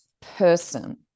person